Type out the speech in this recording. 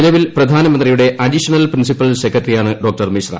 നിലവിൽ പ്രധാനമന്ത്രിയുടെ additional principal സെക്രട്ടറിയാണ് ഡോ മിശ്ര